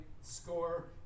score